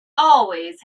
always